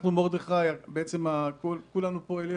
מרדכי, כולנו פונים אליך,